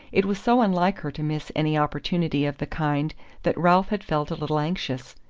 it was so unlike her to miss any opportunity of the kind that ralph had felt a little anxious.